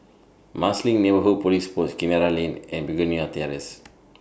Marsiling Neighbourhood Police Post Kinara Lane and Begonia Terrace